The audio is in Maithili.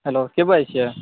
हेलोके बाजै छियै